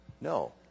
No